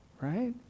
right